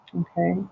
okay